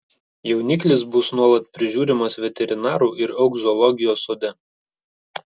jauniklis bus nuolat prižiūrimas veterinarų ir augs zoologijos sode